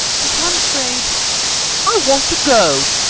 but i'm afraid i want to go!